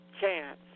chance